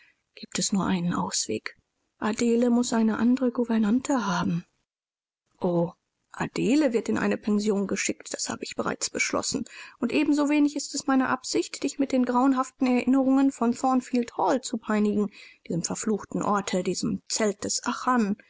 giebt es nur einen ausweg adele muß eine andere gouvernante haben o adele wird in eine pension geschickt das habe ich bereits beschlossen und ebenso wenig ist es meine absicht dich mit den grauenhaften erinnerungen von thornfield hall zu peinigen diesem verfluchten orte diesem zelt